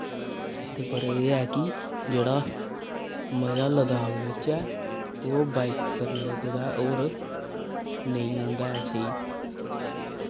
ते पर एह् ऐ कि जेह्ड़ा मजा लदाख बिच ऐ ओह् बाइक करने दा कुतै और नेईं औंदा ऐ स्हेई